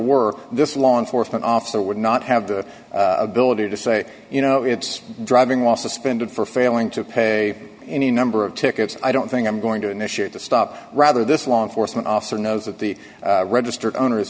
were this law enforcement officer would not have the ability to say you know it's driving while suspended for failing to pay any number of tickets i don't think i'm going to initiate the stop rather this law enforcement officer knows that the registered owner